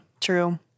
true